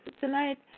Tonight